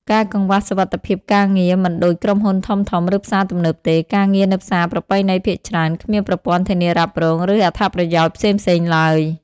ការកង្វះសុវត្ថិភាពការងារ មិនដូចក្រុមហ៊ុនធំៗ ឬផ្សារទំនើបទេ ការងារនៅផ្សារប្រពៃណីភាគច្រើនគ្មានប្រព័ន្ធធានារ៉ាប់រង ឬអត្ថប្រយោជន៍ផ្សេងៗឡើយ។